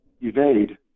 evade